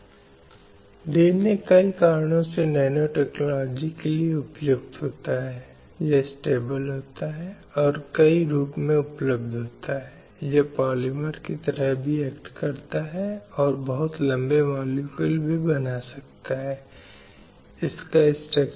इसने ऐसे अधिकारों की एक सूची तैयार की जिनमें से कई पिछले दस्तावेजों में पहले ही उल्लेख कर चुके हैं चाहे वह मानव अधिकारों की सार्वभौमिक घोषणा हो या अंतर्राष्ट्रीय निकाय द्वारा पारित अन्य दस्तावेज